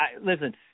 Listen